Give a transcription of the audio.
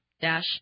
dash